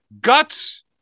guts